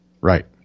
Right